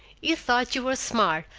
you thought you were smart,